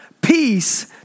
peace